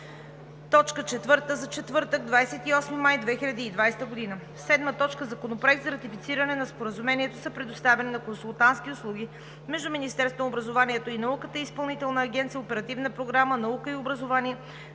точка четвърта за четвъртък, 28 май 2020 г. 7. Законопроект за ратифициране на Споразумението за предоставяне на консултантски услуги между Министерството на образованието и науката и Изпълнителна агенция „Оперативна програма „Наука и образование